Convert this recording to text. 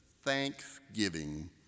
thanksgiving